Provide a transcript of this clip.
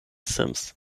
sims